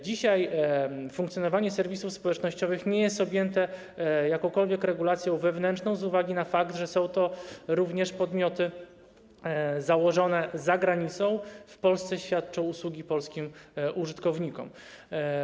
Dzisiaj funkcjonowanie serwisów społecznościowych nie jest objęte jakąkolwiek regulacją wewnętrzną z uwagi na fakt, że są to również podmioty założone za granicą, a w Polsce świadczą usługi polskim użytkownikom.